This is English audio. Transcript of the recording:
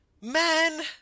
Man